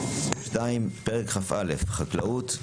2. פרק כ"א (חקלאות),